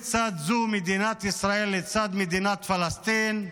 מדינת ישראל לצד מדינת פלסטין,